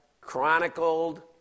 chronicled